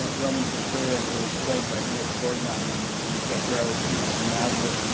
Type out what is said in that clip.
um roman centurion, who was played by ernest borgnine and in zeffirelli's jesus of nazareth,